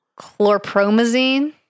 Chlorpromazine